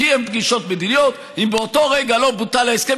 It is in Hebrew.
קיים פגישות מדיניות אם באותו רגע לא בוטל ההסכם,